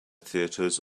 theatres